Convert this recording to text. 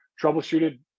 troubleshooted